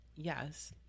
yes